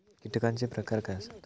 कीटकांचे प्रकार काय आसत?